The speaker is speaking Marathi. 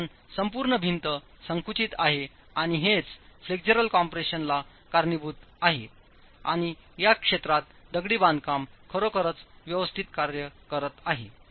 कारण संपूर्ण भिंत संकुचित आहे आणि हेच फ्लेक्झरल कॉम्प्रेशनला कारणीभूत आहे आणि या क्षेत्रात दगडी बांधकाम खरोखरच व्यवस्थित कार्य करत आहे